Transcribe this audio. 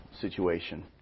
situation